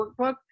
workbook